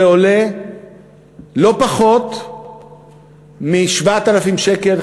זה עולה לא פחות מ-7,000 שקל,